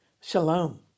Shalom